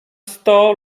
sto